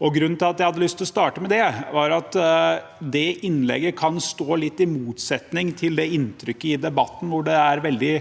Grunnen til at jeg hadde lyst til å starte med det, var at det innlegget kan stå litt i motsetning til det inntrykket som etterlates av et veldig